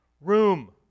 room